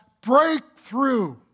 breakthrough